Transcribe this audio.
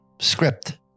script